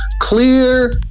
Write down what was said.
clear